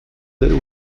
der